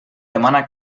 demana